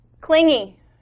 Clingy